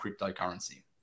cryptocurrency